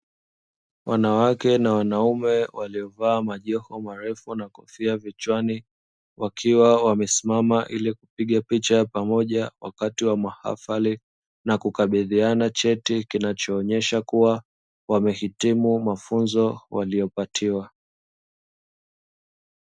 Wanawake na wanaume waliovaa majoho marefu na kofia vichwani, wakiwa wamesimama ili kupiga picha ya pamoja wakati wa mahafali, na kukabidhiana cheti kinachoonyesha kuwa wamehitimu mafunzo waliyopatiwa.